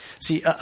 See